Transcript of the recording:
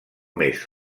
més